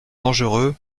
dangereux